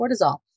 cortisol